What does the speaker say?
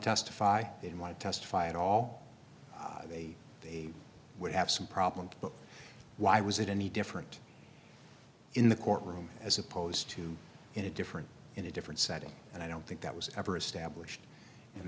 testify didn't want to testify at all they would have some problems but why was it any different in the courtroom as opposed to in a different in a different setting and i don't think that was ever established and